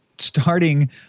starting